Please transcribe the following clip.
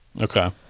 Okay